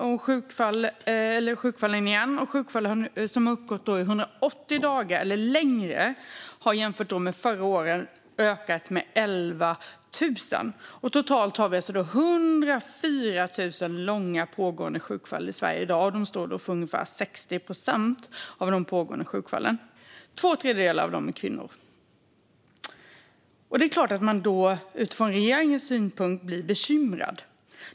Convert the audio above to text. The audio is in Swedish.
De som uppgår till 180 dagar eller längre har jämfört med förra året ökat med 11 000. Totalt har vi i dag 104 000 långa pågående sjukfall i Sverige, och de står för ungefär 60 procent av de pågående sjukfallen. Två tredjedelar av dessa är kvinnor. Det är klart att man som regering då blir bekymrad.